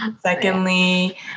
secondly